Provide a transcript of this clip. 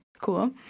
Cool